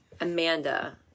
Amanda